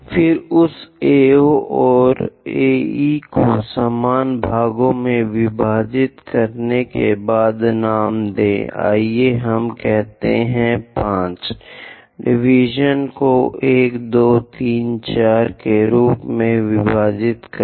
फिर उस AO AE को समान भागों में विभाजित करने के बाद नाम दें आइए हम कहते हैं 5 डिवीजनों को 1 2 3 4 के रूप में विभाजित करें